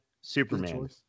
Superman